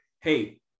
hey